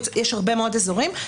יש הרבה מאוד אזורים.